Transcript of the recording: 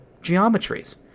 geometries